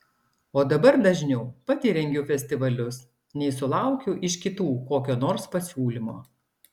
o dabar dažniau pati rengiu festivalius nei sulaukiu iš kitų kokio nors pasiūlymo